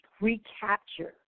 recapture